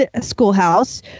schoolhouse